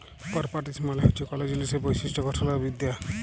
properties মালে হছে কল জিলিসের বৈশিষ্ট গঠল আর বিদ্যা